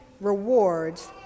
rewards